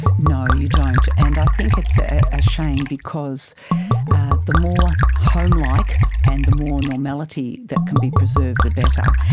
no, you don't, and i think it's a shame because the more home-like and the more normality that can be preserved, the better.